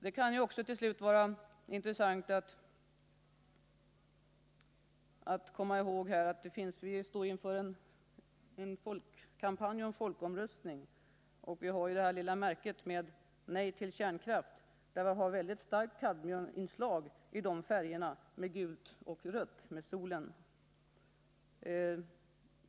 Det kan också, till slut, vara intressant att komma ihåg att nej-sidan i kampanjen inför folkomröstningen utger ett litet märke för nej till kärnkraft. Det finns ett väldigt starkt kadmiuminslag i den gula och den röda färgen i solen på det märket.